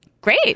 Great